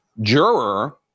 juror